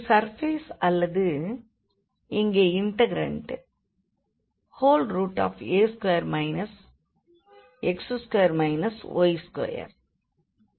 இது சர்பேஸ் அல்லது இங்கே இண்டெக்ரண்ட் a2 x2 y2